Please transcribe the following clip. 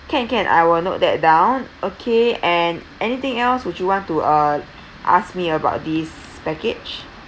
can can I will note that down okay and anything else would you want to uh ask me about this package